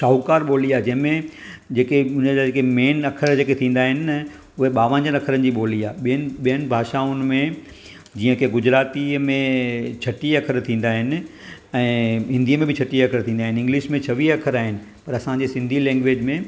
शाहूकारु ॿोली आहे जंहिं में जेके हिन जा जेके मैन अख़र जेके थींदा आहिनि न उहे ॿावंजाह अख़र जी ॿोली आहे ॿियनि भाषाउनि में जीअं की गुजरातीअ में छटीह अख़र थींदा आहिनि ऐं हिंदीअ में बि छटीह अख़र थींदा आहिनि ऐं इंग्लिश में छवीह अख़र आहिनि पर असांजे सिंधी लैंग्वेज में